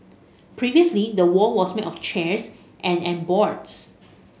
previously the wall was made of chairs and and boards